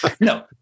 no